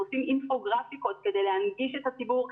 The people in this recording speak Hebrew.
אנחנו עושים אינפוגרפיקות כדי להנגיש את המידע לציבור.